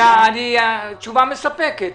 תשובה מספקת.